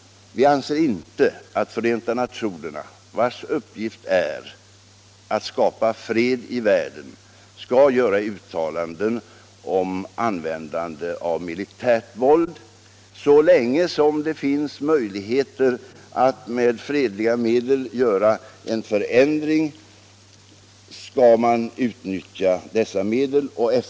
Vi anser inte att Förenta nationerna — som är en organisation vars uppgift det är att skapa fred i världen — skall göra uttalanden om användande av militärt våld. Vi anser att så länge det finns möjligheter att med fredliga medel åstadkomma en förändring skall man utnyttja dessa medel.